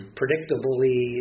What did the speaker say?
predictably